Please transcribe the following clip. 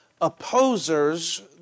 opposers